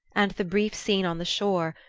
and the brief scene on the shore,